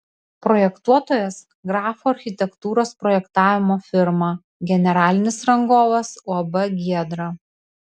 projektuotojas grafo architektūros projektavimo firma generalinis rangovas uab giedra